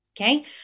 okay